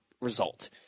result